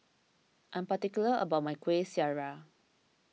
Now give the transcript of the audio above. I am particular about my Kueh Syara